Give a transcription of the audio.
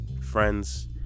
friends